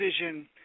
vision